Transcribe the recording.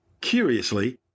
Curiously